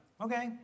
okay